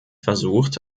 versucht